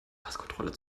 passkontrolle